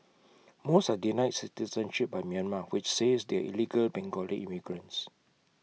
most are denied citizenship by Myanmar which says they are illegal Bengali immigrants